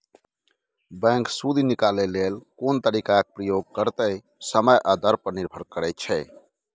bank सुदि निकालय लेल कोन तरीकाक प्रयोग करतै समय आ दर पर निर्भर करै छै